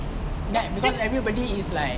like because everybody is like